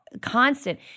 constant